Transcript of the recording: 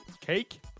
cake